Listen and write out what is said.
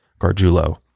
Gargiulo